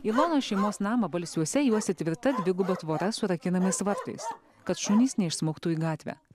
ilonos šeimos namą balsiuose juosia tvirta dviguba tvora su rakinamais vartais kad šunys neišsmuktų į gatvę